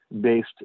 based